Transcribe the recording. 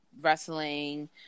wrestling